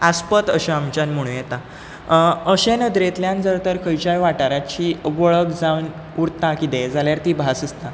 आस्पत अशें आमच्यान म्हुणूं येता अशे नदरेंतल्यान जर तर खंयच्याय वाठाराची वळख जावन उरता कितें जाल्यार ती भास आसता